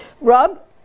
Rob